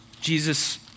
Jesus